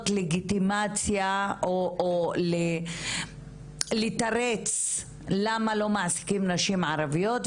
לגיטימציה או לתרץ למה לא מעסיקים נשים ערביות,